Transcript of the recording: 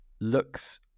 looks